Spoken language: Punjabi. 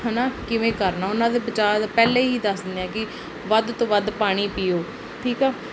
ਹੈ ਨਾ ਕਿਵੇਂ ਕਰਨਾ ਉਹਨਾਂ ਦੇ ਬਚਾਅ ਦਾ ਪਹਿਲਾਂ ਹੀ ਦੱਸ ਦਿੰਦੇ ਹਾਂ ਕਿ ਵੱਧ ਤੋਂ ਵੱਧ ਪਾਣੀ ਪੀਓ ਠੀਕ ਆ